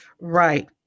right